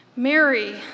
Mary